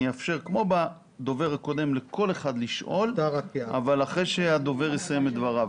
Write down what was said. אני אאפשר לכל אחד לשאול אבל אחרי שהדובר יסיים את דבריו.